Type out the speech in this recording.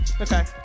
Okay